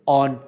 on